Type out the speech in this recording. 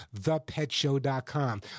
thepetshow.com